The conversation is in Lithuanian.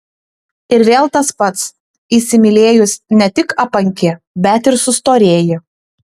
ir vėl tas pats įsimylėjus ne tik apanki bet ir sustorėji